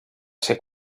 ser